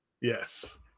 Yes